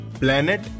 planet